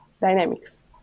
dynamics